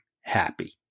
happy